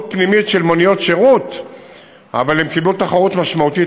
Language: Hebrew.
פנימית של מוניות שירות אבל הן קיבלו תחרות משמעותית